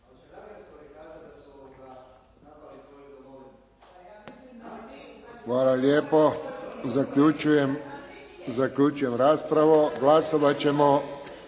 Hvala lijepo. Zaključujem raspravu. Glasovat ćemo